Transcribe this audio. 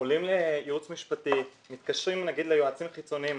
עולים לייעוץ משפטי, מתקשרים ליועצים חיצוניים.